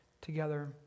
together